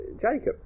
Jacob